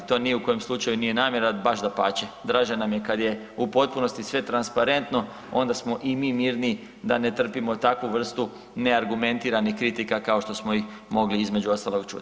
To ni u kojem slučaju nije namjera, baš dapače, draže nam je kad je u potpunosti sve transparentno onda smo i mi mirniji da ne trpimo takvu vrstu neargumentiranih kritika kao što smo i mogli između ostaloga čuti.